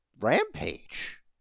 Rampage